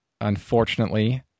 unfortunately